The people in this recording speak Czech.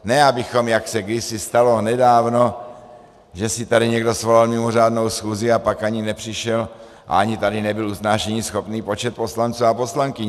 Ne abychom se, jak se kdysi stalo, nedávno, že si tady někdo svolal mimořádnou schůzi a pak ani nepřišel a ani tady nebyl usnášeníschopný počet poslanců a poslankyň.